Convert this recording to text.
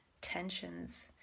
tensions